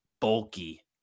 bulky